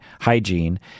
hygiene